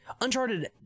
Uncharted